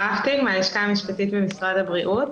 מהלשכה המשפטית במשרד הבריאות.